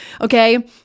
okay